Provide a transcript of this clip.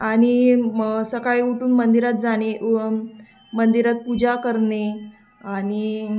आणि मग सकाळी उठून मंदिरात जाणे मंदिरात पूजा करणे आणि